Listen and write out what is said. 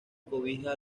cobija